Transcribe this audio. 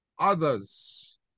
others